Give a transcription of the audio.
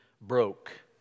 broke